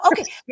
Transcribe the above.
okay